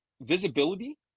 visibility